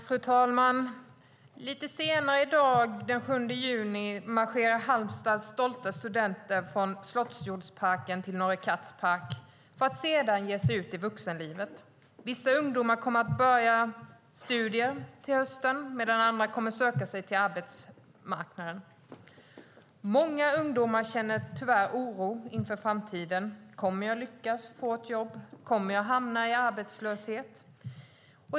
Fru talman! Lite senare i dag, den 7 juni, marscherar Halmstads stolta studenter från Slottsjordsparken till Norre Katts park för att sedan ge sig ut i vuxenlivet. Vissa ungdomar kommer att börja studera till hösten medan andra kommer att söka sig till arbetsmarknaden. Många ungdomar känner tyvärr oro inför framtiden. Kommer jag att lyckas få ett jobb? Kommer jag att hamna i arbetslöshet?